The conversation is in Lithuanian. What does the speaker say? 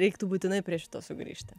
reiktų būtinai prie šito sugrįžti